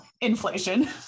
inflation